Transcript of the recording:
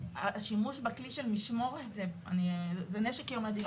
השימוש בכלי של משמורת הוא נשק יום הדין,